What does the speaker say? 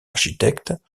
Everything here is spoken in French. architectes